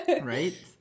right